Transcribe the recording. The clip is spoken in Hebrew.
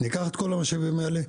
ניקח את כל המשאבים האלה,